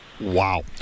Wow